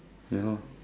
ya